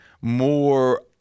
more